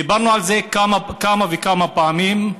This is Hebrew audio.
דיברנו על זה כמה וכמה פעמים.